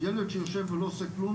ילד שיושב ולא עושה כלום,